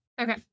Okay